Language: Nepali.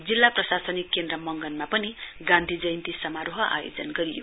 जिल्ला प्रशासनिक केन्द्र मंगनमा पनि गान्धी जयन्ती समारोह आयोजना गरियो